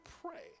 pray